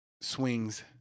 swings